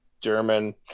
German